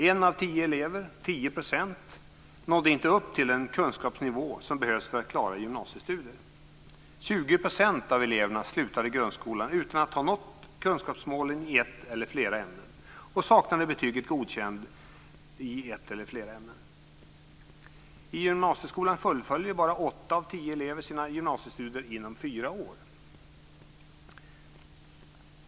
En av tio elever, 10 %, nådde inte upp till den kunskapsnivå som behövs för att klara gymnasiestudier. 20 % av eleverna slutade grundskolan utan att ha nått kunskapsmålen i ett eller flera ämnen och saknade betyget Godkänd i ett eller flera ämnen. I gymnasieskolan fullföljer bara åtta av tio elever sina gymnasiestudier inom fyra år.